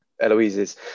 Eloise's